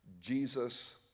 Jesus